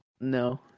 No